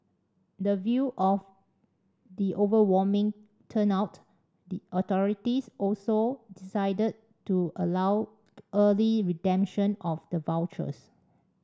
the view of the overwhelming turnout the authorities also decided to allow early redemption of the vouchers